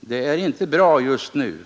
Det är inte bra just nu.